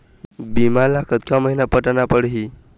बीमा ला कतका महीना पटाना पड़ही?